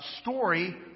story